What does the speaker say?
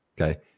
Okay